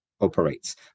operates